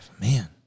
man